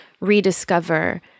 rediscover